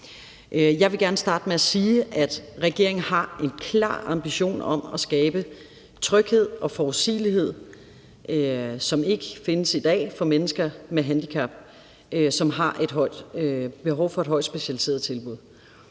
Jeg vil gerne starte med at sige, at regeringen har en klar ambition om at skabe en tryghed og forudsigelighed, som ikke findes i dag, for mennesker med handicap, som har behov for et højt specialiseret tilbud.